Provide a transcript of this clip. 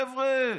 חבר'ה,